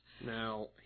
Now